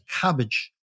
cabbage